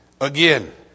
again